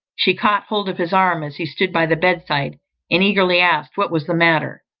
she caught hold of his arm as he stood by the bed-side, and eagerly asked what was the matter.